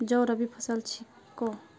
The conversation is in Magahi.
जौ रबी फसल छिके